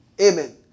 Amen